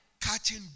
Catching